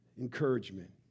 encouragement